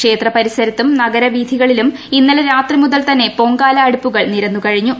ക്ഷേത്ര പരിസരത്തും നഗര വീഥികളിലും ഇന്നലെ രാത്രി മുതൽ തന്നെ പൊങ്കാല അടുപ്പുകൾ നിരന്നുകഴിഞ്ഞു